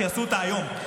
שיעשו אותה היום,